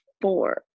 Four